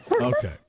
Okay